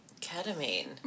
Ketamine